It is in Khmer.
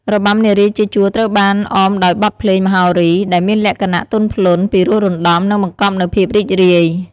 របាំនារីជាជួរត្រូវបានអមដោយបទភ្លេងមហោរី ដែលមានលក្ខណៈទន់ភ្លន់ ពីរោះរណ្ដំ និងបង្កប់នូវភាពរីករាយ។